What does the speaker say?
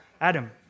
Adam